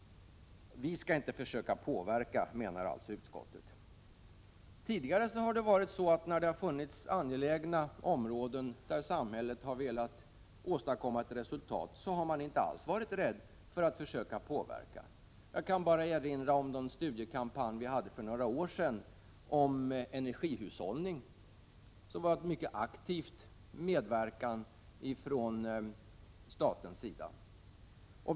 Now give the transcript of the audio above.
Vi skall inte försöka påverka, menar alltså utskottet. Tidigare har det varit så när det har funnits angelägna uppgifter och samhället velat åstadkomma ett resultat att man inte alls varit rädd för att försöka påverka. Jag vill erinra om den kampanj som vi förde för några år sedan om energihushållning med mycket aktiv medverkan från statens sida.